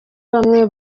bamwe